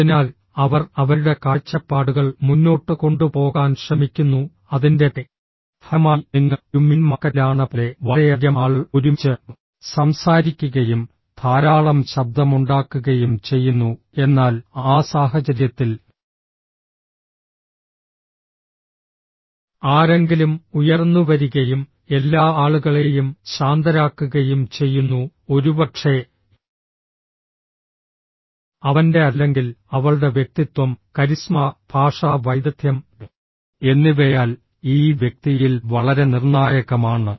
അതിനാൽ അവർ അവരുടെ കാഴ്ചപ്പാടുകൾ മുന്നോട്ട് കൊണ്ടുപോകാൻ ശ്രമിക്കുന്നു അതിന്റെ ഫലമായി നിങ്ങൾ ഒരു മീൻ മാർക്കറ്റിലാണെന്നപോലെ വളരെയധികം ആളുകൾ ഒരുമിച്ച് സംസാരിക്കുകയും ധാരാളം ശബ്ദമുണ്ടാക്കുകയും ചെയ്യുന്നു എന്നാൽ ആ സാഹചര്യത്തിൽ ആരെങ്കിലും ഉയർന്നുവരികയും എല്ലാ ആളുകളെയും ശാന്തരാക്കുകയും ചെയ്യുന്നു ഒരുപക്ഷേ അവന്റെ അല്ലെങ്കിൽ അവളുടെ വ്യക്തിത്വം കരിസ്മാ ഭാഷാ വൈദഗ്ദ്ധ്യം എന്നിവയാൽ ഈ വ്യക്തിയിൽ വളരെ നിർണായകമാണ്